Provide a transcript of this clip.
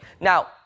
now